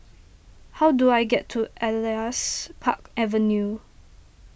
how do I get to Elias Park Avenue